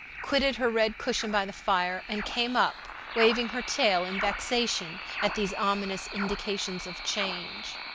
quitted her red cushion by the fire, and came up, waving her tail in vexation at these ominous indications of change.